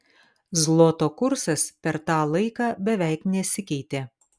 zloto kursas per tą laiką beveik nesikeitė